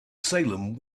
salem